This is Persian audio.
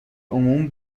عموم